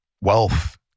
wealth